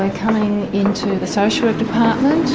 and coming into the social work department,